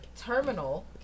terminal